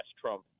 Trump